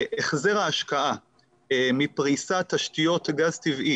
החזר ההשקעה מפריסת תשתיות גז טבעי